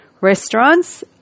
restaurants